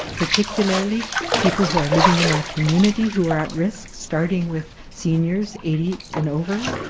particularly people who are living in our community who are at risk, starting with seniors eighty and over,